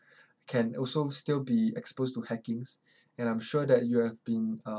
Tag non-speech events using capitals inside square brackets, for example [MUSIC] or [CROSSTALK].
[BREATH] can also still be exposed to hackings and I'm sure that you have been uh